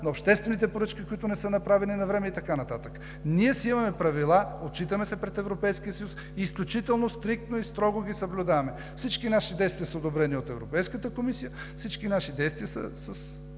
на обществените поръчки, които не са направени навреме и така нататък. Ние си имаме правила, отчитаме се пред Европейския съюз. Изключително стриктно и строго ги съблюдаваме. Всички наши действия са одобрени от Европейската комисия. Всички наши действия са